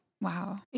Wow